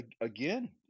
again